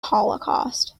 holocaust